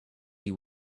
you